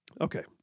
Okay